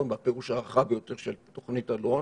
בפירוש הרחב ביותר של תוכנית אלון.